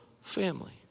family